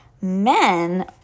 Men